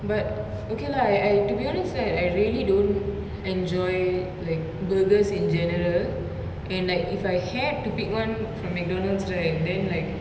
but okay lah I I to be honest right I really don't enjoy like burgers in general and like if I had to pick one from mcdonald's right then like